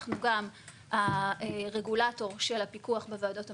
אנחנו גם הרגולטור של הפיקוח בוועדות המקומיות,